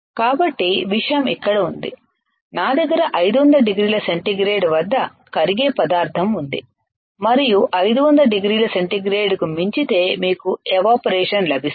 కాబట్టి విషయం ఇక్కడ ఉంది నా దగ్గర 500 డిగ్రీల సెంటీగ్రేడ్ వద్ద కరిగే పదార్ధం ఉంది మరియు 500 డిగ్రీల సెంటీగ్రేడ్కు మించితే మీకు ఎవాపరేషన్ లభిస్తుంది